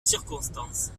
circonstance